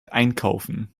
einkaufen